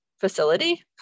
facility